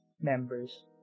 members